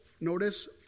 Notice